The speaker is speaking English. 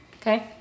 Okay